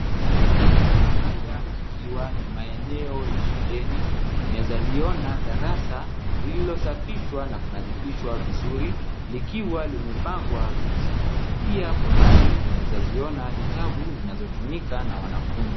Haya yakiwa ni maeneo ya shuleni, tunaweza liona darasa lililosafishwa na kunadhifishwa vizuri, likiwa limepangwa viti. Pia kwa mbali tunawezaziona vitabu zinazotumika na wanafunzi.